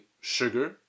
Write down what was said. sugar